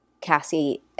Cassie